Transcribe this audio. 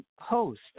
host